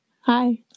Hi